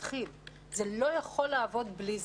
זה לא יכול להיות בלי זה.